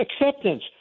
acceptance